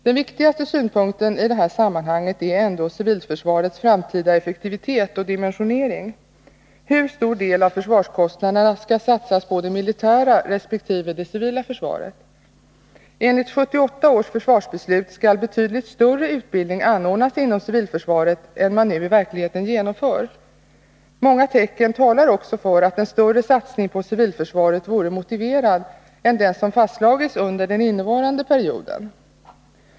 Den viktigaste synpunkten i det här sammanhanget är ändå civilförsvarets framtida effektivitet och dimensionering. Hur stor del av försvarskostnader na skall satsas på det militära resp. det civila försvaret? Enligt 1978 års försvarsbeslut skall inom civilförsvaret anordnas utbildning i betydligt större utsträckning än vad man nu i verkligheten gör. Många tecken tyder också på att en större satsning på civilförsvaret vore motiverad än den som fastslagits under den innevarande perioden.